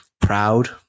proud